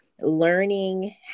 learning